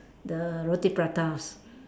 the roti pratas